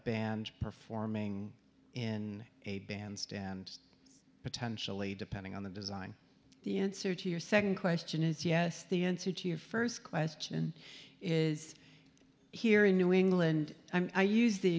band performing in a bandstand potentially depending on the design the answer to your second question is yes the answer to your first question is here in new england i use the